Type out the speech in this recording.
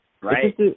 Right